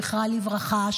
זכרה לברכה,